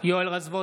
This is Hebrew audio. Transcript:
בעד יואל רזבוזוב,